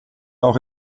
auch